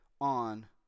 on